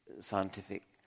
scientific